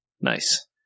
Nice